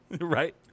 right